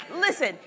Listen